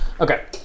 Okay